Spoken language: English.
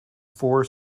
four